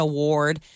Award